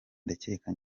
ndakeka